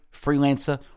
Freelancer